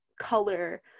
color